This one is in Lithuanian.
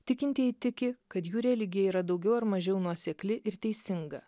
tikintieji tiki kad jų religija yra daugiau ar mažiau nuosekli ir teisinga